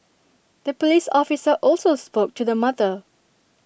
the Police officer also spoke to the mother